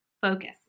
focus